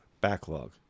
backlog